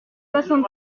soixante